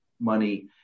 money